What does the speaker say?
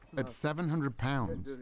at seven hundred pounds,